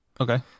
Okay